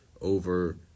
over